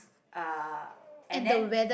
uh and then